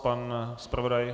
Pan zpravodaj?